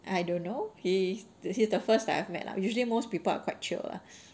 I don't know he he's the first I've met lah usually most people are quite chill lah